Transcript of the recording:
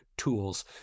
tools